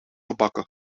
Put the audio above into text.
gebakken